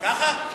ככה?